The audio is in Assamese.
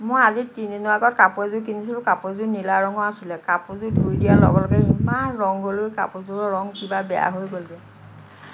মই আজি তিনিদিনৰ আগত কাপোৰ এযোৰ কিনিছিলোঁ কাপোৰযোৰ নীলা ৰঙৰ আছিলে কাপোৰযোৰ ধুই দিয়াৰ লগে লগে ইমান ৰং গ'ল কাপোৰযোৰৰ ৰং কিবা বেয়া হৈ গ'লগৈ